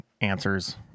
answers